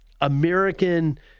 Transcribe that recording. american